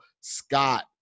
Scott